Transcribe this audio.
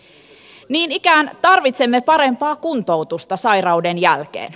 niin ikään tarvitsemme parempaa kuntoutusta sairauden jälkeen